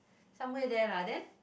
somewhere there lah then